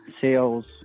sales